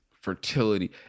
fertility